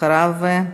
אחריו,